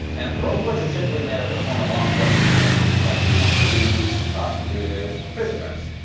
and parole boards are typically made up of former law enforcement professionals like you know police, prosecutors, and prison guards.